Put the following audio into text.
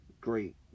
great